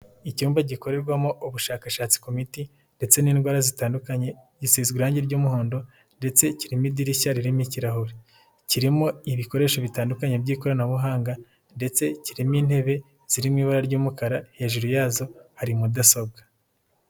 Icyumba gikorerwamo ubushakashatsi ku miti ndetse n'indwara zitandukanye, gisize irangi ry'umuhondo ndetse kirimo idirishya ririmo ikirahure kirimo ibikoresho bitandukanye by'ikoranabuhanga ndetse kirimo intebe ziririmo ibara ry'umukara, hejuru yazo hari mudasobwa.